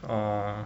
orh